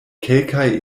kelkaj